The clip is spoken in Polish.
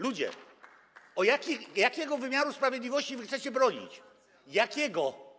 Ludzie, jakiego wymiaru sprawiedliwości wy chcecie bronić, jakiego?